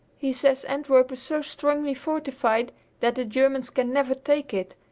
he says antwerp is so strongly fortified that the germans can never take it,